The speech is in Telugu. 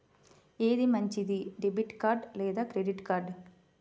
ఏది మంచిది, డెబిట్ కార్డ్ లేదా క్రెడిట్ కార్డ్?